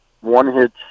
one-hit